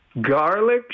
Garlic